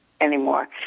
anymore